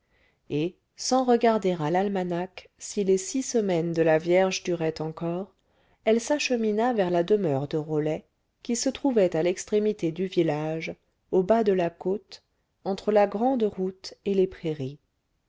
et sans regarder à l'almanach si les six semaines de la vierge duraient encore elle s'achemina vers la demeure de rolet qui se trouvait à l'extrémité du village au bas de la côte entre la grande route et les prairies